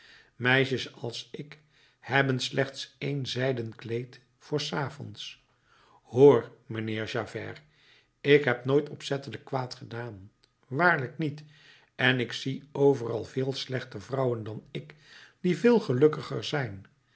meisjes als ik hebben slechts één zijden kleed voor s avonds hoor mijnheer javert ik heb nooit opzettelijk kwaad gedaan waarlijk niet en ik zie overal veel slechter vrouwen dan ik die veel gelukkiger zijn